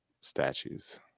statues